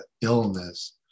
illness